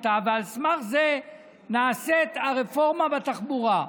ועל סמך זה נעשית הרפורמה בתחבורה.